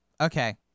okay